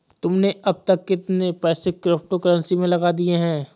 तुमने अब तक कितने पैसे क्रिप्टो कर्नसी में लगा दिए हैं?